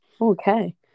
Okay